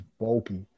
bulky